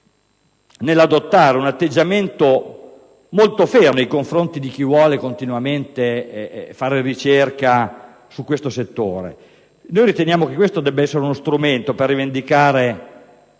nell'adottare un atteggiamento molto fermo nei confronti di chi vuole continuamente fare ricerca su questo settore. Riteniamo che questo debba essere uno strumento per rivendicare